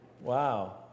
wow